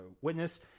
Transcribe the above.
witness